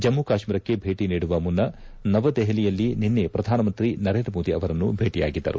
ಜಮ್ಮು ಕಾಶ್ಮೀರಕ್ಕೆ ಭೇಟಿ ನೀಡುವ ಮುನ್ನ ನವದೆಹಹಲಿಯಲ್ಲಿ ನಿನ್ನೆ ಪ್ರಧಾನಮಂತ್ರಿ ನರೇಂದ್ರ ಮೋದಿ ಅವರನ್ನು ಭೇಟಿಯಾಗಿದ್ದರು